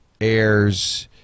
Airs